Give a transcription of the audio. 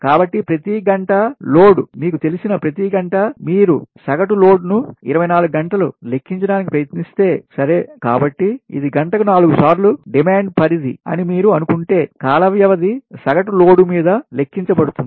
కాబట్టి ప్రతి గంట లోడ్ మీకు తెలిసిన ప్రతి గంట మీరు సగటు లోడ్ను 24 గంటలు లెక్కించడానికి ప్రయత్నిస్తే సరే కాబట్టి ఇది గంటకు 4 సార్లు డిమాండ్ పరిధి అని మీరు అనుకుంటే కాల వ్యవధి సగటు లోడ్ మీద లెక్కించబడుతుంది